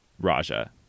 raja